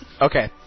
Okay